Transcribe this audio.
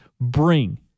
bring